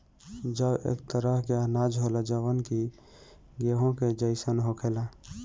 जौ एक तरह के अनाज होला जवन कि गेंहू के जइसन होखेला